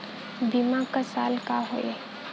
बीमा क साल क होई?